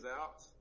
out